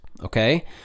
okay